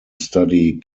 study